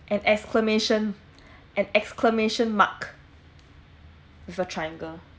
an exclamation an exclamation mark with a triangle